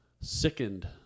sickened